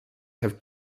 have